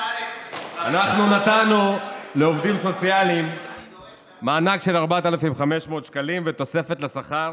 אנחנו נתנו לעובדים סוציאליים מענק של 4,500 שקלים ותוספת לשכר